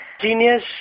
genius